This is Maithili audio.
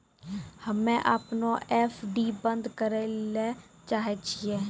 हम्मे अपनो एफ.डी बन्द करै ले चाहै छियै